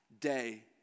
day